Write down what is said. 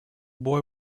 boy